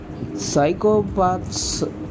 psychopaths